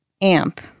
amp